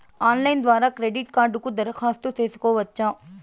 Online ద్వారా credit కార్డుకు దరఖాస్తు సేసుకోవచ్చా?